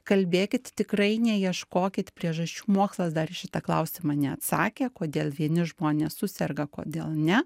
kalbėkit tikrai neieškokit priežasčių mokslas dar į šitą klausimą neatsakė kodėl vieni žmonės suserga kodėl ne